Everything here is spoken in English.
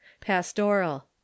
pastoral